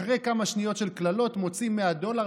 אחרי כמה שניות של קללות הוא מוציא 100 דולר,